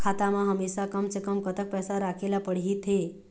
खाता मा हमेशा कम से कम कतक पैसा राखेला पड़ही थे?